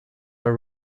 are